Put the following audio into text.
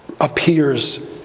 appears